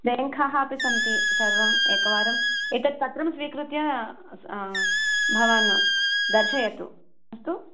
खाः अपि सन्ति सर्वम् एकवारं एतत् पत्रं स्वीकृत्य भवान् दर्शयतु अस्तु